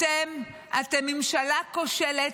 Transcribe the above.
אתם, אתם ממשלה כושלת,